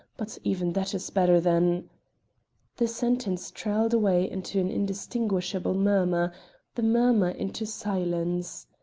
but even that is better than the sentence trailed away into an indistinguishable murmur the murmur into silence.